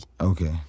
Okay